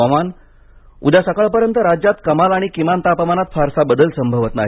हवामान उद्या सकाळपर्यंत राज्यात कमाल आणि किमान तापमानात फारसा बदल संभवत नाही